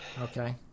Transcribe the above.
Okay